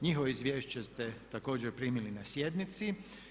Njihovo izvješće ste također primili na sjednici.